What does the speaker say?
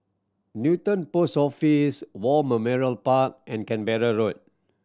Newton Post Office War Park and Canberra Road